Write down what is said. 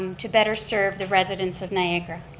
um to better serve the residents of niagara.